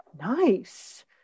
Nice